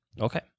Okay